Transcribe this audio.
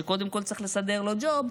שקודם כול צריך לסדר לו ג'וב,